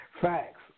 facts